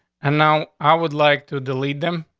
and now i would like to delete them,